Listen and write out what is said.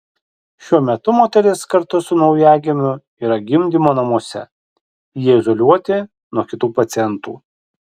šiuo metu moteris kartu su naujagimiu yra gimdymo namuose jie izoliuoti nuo kitų pacientų